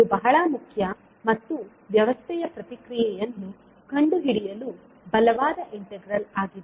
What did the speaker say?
ಇದು ಬಹಳ ಮುಖ್ಯ ಮತ್ತು ವ್ಯವಸ್ಥೆಯ ಪ್ರತಿಕ್ರಿಯೆಯನ್ನು ಕಂಡುಹಿಡಿಯಲು ಬಲವಾದ ಇಂಟಿಗ್ರಲ್ ಆಗಿದೆ